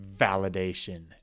validation